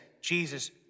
Jesus